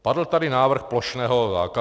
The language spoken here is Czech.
Padl tady návrh plošného zákazu.